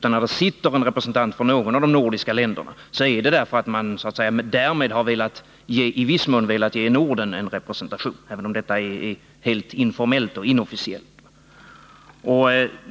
När det sitter en representant för någon av de nordiska länderna, så är det därför att mani viss mån har velat ge Norden en representation — även om detta är helt informellt och inofficiellt.